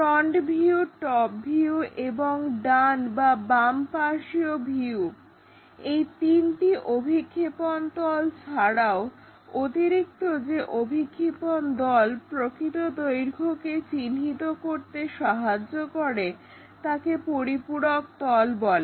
front view top view এবং ডান বা বাম পার্শ্বীয় ভিউ এই তিনটি অভিক্ষেপণ তল ছাড়াও অতিরিক্ত যে অভিক্ষেপণ তল প্রকৃত দৈর্ঘ্যকে চিহ্নিত করতে সাহায্য করে তাকে পরিপূরক তল বলে